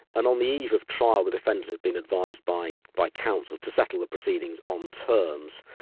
and on the eve of trial the defendant had been advised by by counsel to settle the proceedings on terms.